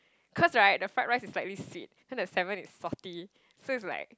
cause right the fried rice is slightly sweet then the salmon is salty so it's like